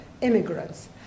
immigrants